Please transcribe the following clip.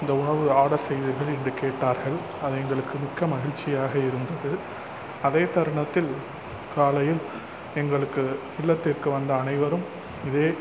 இந்த உணவு ஆர்டர் செய்தீர்கள் என்று கேட்டார்கள் அது எங்களுக்கு மிக்க மகிழ்ச்சியாக இருந்தது அதே தருணத்தில் காலையில் எங்களுக்கு இல்லத்திற்கு வந்த அனைவரும் இதே